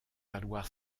valoir